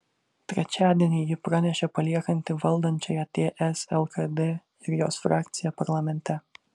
trečiadienį ji pranešė paliekanti valdančiąją ts lkd ir jos frakciją parlamente